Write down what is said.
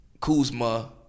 Kuzma